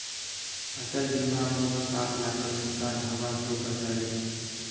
फसल बीमा मोक सात लाखेर नुकसान हबा स बचा ले